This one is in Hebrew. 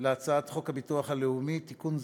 על הצעת חוק הביטוח הלאומי (תיקון,